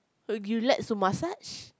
y~ you like to massage